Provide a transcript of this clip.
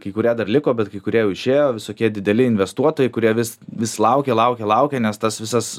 kai kurie dar liko bet kai kurie jau išėjo visokie dideli investuotojai kurie vis vis laukė laukė laukė nes tas visas